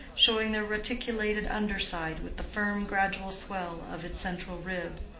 showing their reticulated under-side with the firm gradual swell of its central rib.